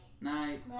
Night